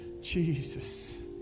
Jesus